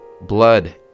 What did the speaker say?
Blood